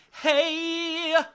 Hey